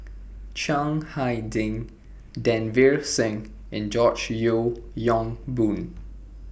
Chiang Hai Ding Davinder Singh and George Yeo Yong Boon